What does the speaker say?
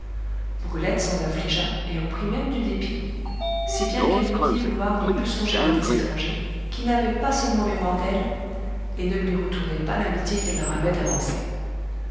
brulette s'en affligea et en prit même du dépit si bien qu'elle me dit vouloir ne plus songer à des étrangers qui n'avaient pas seulement mémoire d'elle et ne lui retournaient pas l'amitié qu'elle leur avait avancée